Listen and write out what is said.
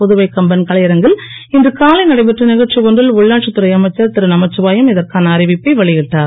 புதுவை கம்பன்கலையரங்கில் இன்று காலை நடைபெற்ற நிகழ்ச்சி ஒன்றில் உள்ளாட்சித் துறை அமைச்சர் திரு ஏ நமச்சிவாயம் இதற்கான அறிவிப்பை வெளியிட்டார்